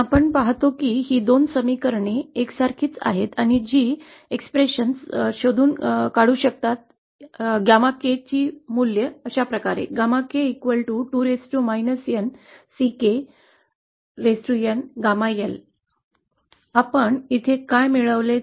आपण पाहतो की ही दोन समीकरणे एकसारखीच आहेत जी एक अभिव्यक्ती शोधून काढू शकतात आणि अशा प्रकारे γ k ची मूल्ये लिहू शकतो आपण येथे काय मिळवले ते आपण पाहु आपण येथे गुणांकांच्या अभिव्यक्ती साठी गुण लिहिले आहे